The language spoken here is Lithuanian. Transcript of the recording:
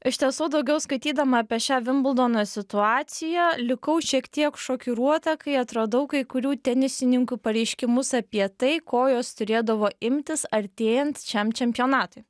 iš tiesų daugiau skaitydama apie šią vimbldono situaciją likau šiek tiek šokiruota kai atradau kai kurių tenisininkių pareiškimus apie tai ko jos turėdavo imtis artėjant šiam čempionatui